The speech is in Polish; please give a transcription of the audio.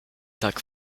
tak